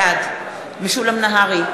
בעד משולם נהרי,